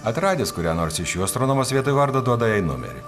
atradęs kurią nors iš jų astronomas vietoj vardo duoda jai numerį